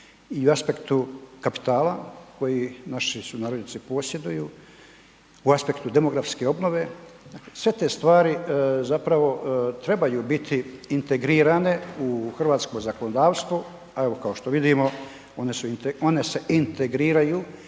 i u aspektu kapitala koji naši sunarodnjaci posjeduju, u aspektu demografske obnove, sve te stvari zapravo trebaju biti integrirane u hrvatsko zakonodavstvo a evo kao što vidimo, one se integriraju